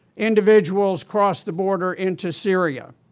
individuals crossed the border into syria.